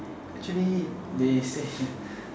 actually they say